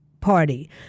party